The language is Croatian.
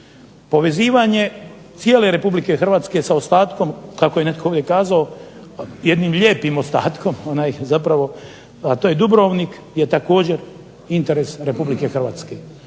povezivanje cijele Republike Hrvatske sa ostatkom kako je netko ovdje kazao jednim lijepim ostatkom zapravo to je Dubrovnik je također interes Republike Hrvatske.